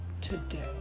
today